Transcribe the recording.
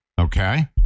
Okay